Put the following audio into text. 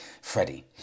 Freddie